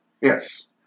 yes